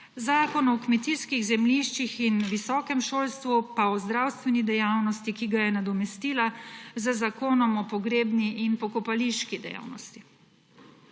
Zakon o kmetijskih zemljiščih, visokem šolstvu, pa zdravstveni dejavnosti, ki ga je nadomestila z Zakonom o pogrebni in pokopališki dejavnosti.